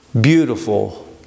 beautiful